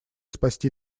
спасти